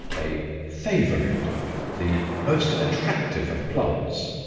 a favourite, the most attractive of plants.